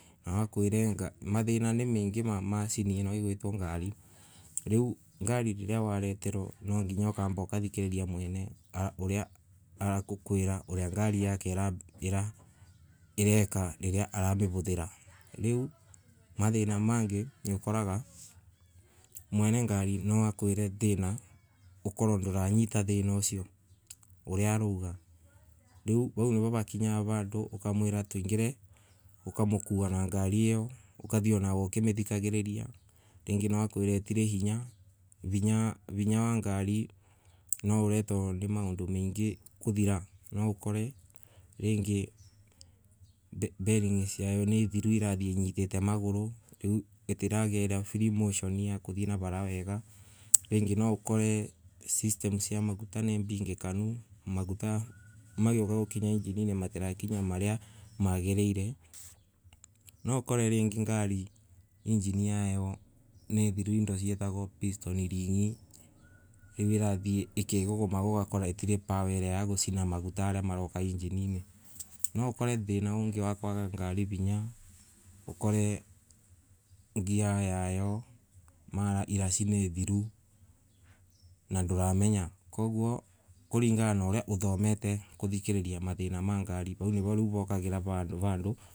Nakwire mathina na mangay ma macini inoigwitwo ngari, riu ngari riria wareterwo nanginya ukamba ukathikarariamwene aoria arakawira uria ngari yake ira irekara riria aramivothira riu mathana mangay niukoraga, mwene ngari nwa a kwire thana ukorwe ndoanyita thiina ucio uria arouga, riu vau nirivakinya vando ukamwira tuingare ukamokua na ngari ioukathie onawe ukimithikagiriria, ringi nwa akwire itiri hinya, vinya wa ngari nwa ore tondo ni maondo mengay kothiranwaokori rangay boring siayo ninthiru irathe inyitate magoru riu itiragerera free motioni ya kuthii na vara wega riingi nwaokore system sia maguta nimbigakanu maguta magioka gukinya ingininay matirakinya maria magaraire nwa okore rangay ngari injiniyayo ninthiru indo siatagwo pistoni ringi, riu irathie ikigoga ugakora itire power iria ya gucina maguta aria maroka injininay nwa okore thina ongay wa kwoga ngari vinya, okore ngia yay o mara iraci nithiru na ndoramenya, kaguo kuringana uria othome kuthikararia mathana ma ngari, vau nivo vaukagirira vandu.